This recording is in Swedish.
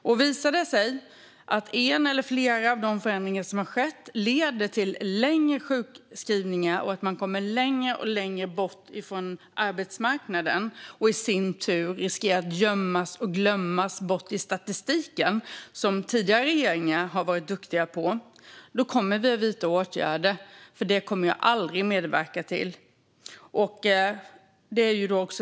Om det visar sig att en eller flera av de förändringar som har skett leder till längre sjukskrivningar och till att man kommer allt längre bort från arbetsmarknaden och riskerar att gömmas och glömmas bort i statistiken - tidigare regeringar har varit duktiga på detta - kommer vi att vidta åtgärder. Jag kommer aldrig att medverka till det.